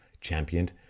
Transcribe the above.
championed